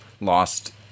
lost